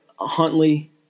Huntley